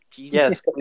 Yes